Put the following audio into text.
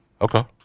Okay